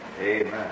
Amen